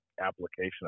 application